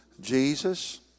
Jesus